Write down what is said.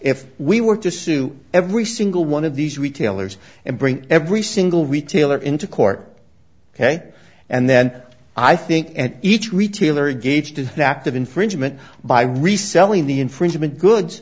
if we were to sue every single one of these retailers and bring every single retailer into court ok and then i think at each retailer engaged active infringement by reselling the infringement goods